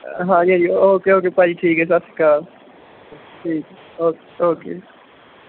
ਹਾਂਜੀ ਹਾਂਜੀ okay okay ਭਾਅ ਜੀ ਠੀਕ ਹੈ ਸਤਿ ਸ਼੍ਰੀ ਅਕਾਲ ਠੀਕ ਹੈ ਓਕੇ ਓਕੇ ਜੀ